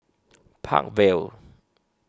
Park Vale